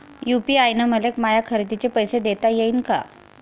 UPI न मले माया खरेदीचे पैसे देता येईन का?